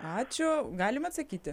ačiū galim atsakyti